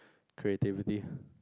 creativity